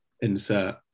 Insert